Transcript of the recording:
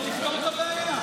תפתור את הבעיה.